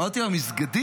אמרתי לו: המסגדים?